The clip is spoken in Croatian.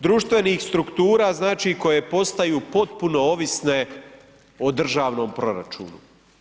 Društvenih struktura znači koje postaju potpuno ovisne o državnom proračunu.